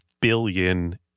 billion